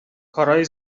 کارای